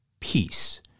Peace